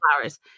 flowers